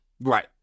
Right